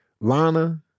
Lana